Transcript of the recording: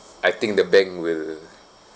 I think the bank will